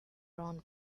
round